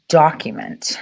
document